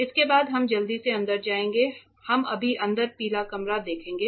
इसके बाद हम जल्दी से अंदर जाएंगे हम अभी अंदर पीला कमरा देखेंगे